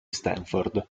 stanford